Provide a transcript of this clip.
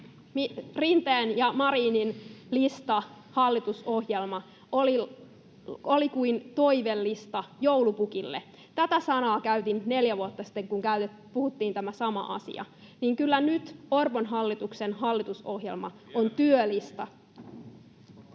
Rinteen ja Marinin, lista, hallitusohjelma, oli kuin toivelista joulupukille — tätä sanaa käytin neljä vuotta sitten, kun puhuttiin tästä samasta asiasta — niin kyllä nyt Orpon hallituksen hallitusohjelma on työlista.